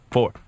Four